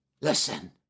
Listen